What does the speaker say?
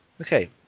Okay